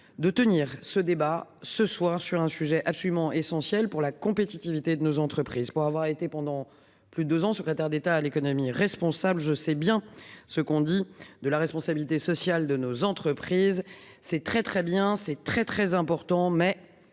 de tenir ce débat ce soir sur un sujet absolument essentiel pour la compétitivité de nos entreprises, pour avoir été pendant plus de deux ans secrétaire d'État à l'économie responsable. Je sais bien ce qu'on dit de la responsabilité sociale de nos entreprises, c'est très très bien c'est très très important, mais